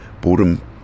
boredom